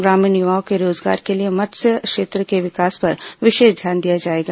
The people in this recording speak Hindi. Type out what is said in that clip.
ग्रामीण युवाओं के रोजगार के लिए मत्स्य क्षेत्र के विकास पर विशेष ध्यान दिया जाएगा